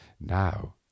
Now